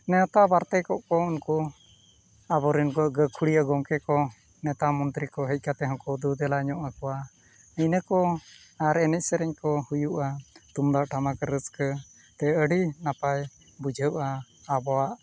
ᱱᱮᱶᱛᱟ ᱵᱟᱨᱛᱮ ᱠᱚᱜ ᱠᱚ ᱩᱱᱠᱩ ᱟᱵᱚᱨᱮᱱ ᱜᱟᱹᱠᱷᱩᱲᱤᱭᱟᱹ ᱜᱚᱢᱠᱮ ᱠᱚ ᱱᱮᱛᱟ ᱢᱚᱱᱛᱨᱤ ᱠᱚ ᱦᱮᱡ ᱠᱟᱛᱮᱫ ᱦᱚᱸᱠᱚ ᱫᱩ ᱫᱮᱞᱟ ᱧᱚᱜ ᱟᱠᱚᱣᱟ ᱤᱱᱟᱹ ᱠᱚ ᱟᱨ ᱮᱱᱮᱡ ᱥᱮᱨᱮᱧ ᱠᱚ ᱦᱩᱭᱩᱜᱼᱟ ᱛᱩᱢᱫᱟᱜ ᱴᱟᱢᱟᱠ ᱨᱟᱹᱥᱠᱟᱹ ᱛᱮ ᱟᱹᱰᱤ ᱱᱟᱯᱟᱭ ᱵᱩᱡᱷᱟᱹᱜᱼᱟ ᱟᱵᱚᱣᱟᱜ